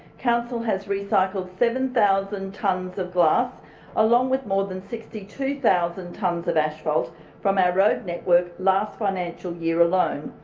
council has recycled seven thousand tonnes of glass along with more than sixty two thousand tonnes of asphalt from our road network last financial year alone,